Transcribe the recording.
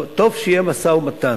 טוב שיהיה משא-ומתן,